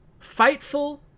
fightful